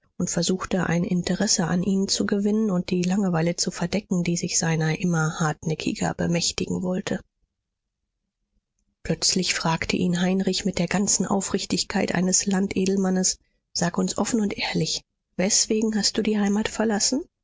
und versuchte ein interesse an ihnen zu gewinnen und die langeweile zu verdecken die sich seiner immer hartnäckiger bemächtigen wollte plötzlich fragte ihn heinrich mit der ganzen aufrichtigkeit eines landedelmannes sag uns offen und ehrlich weswegen hast du die heimat verlassen